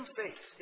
faith